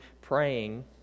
praying